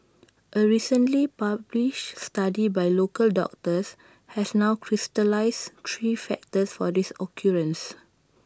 A recently published study by local doctors has now crystallised three factors for this occurrence